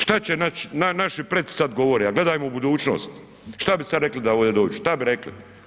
Šta će naši preci sad govore, a gledajmo u budućnost, šta bi sad rekli da ovdje dođu, šta bi rekli?